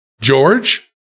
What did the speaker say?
George